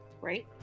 Right